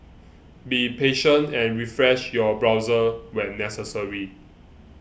be patient and refresh your browser when necessary